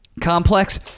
complex